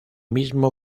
mismo